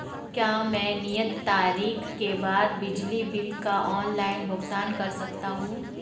क्या मैं नियत तारीख के बाद बिजली बिल का ऑनलाइन भुगतान कर सकता हूं?